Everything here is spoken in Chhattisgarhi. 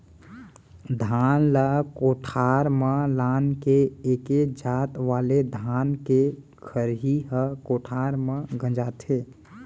धान ल कोठार म लान के एके जात वाले धान के खरही ह कोठार म गंजाथे